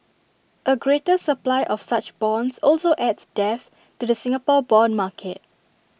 A greater supply of such bonds also adds depth to the Singapore Bond market